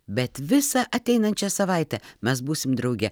bet visą ateinančią savaitę mes būsim drauge